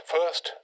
First